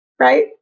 Right